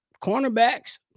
cornerbacks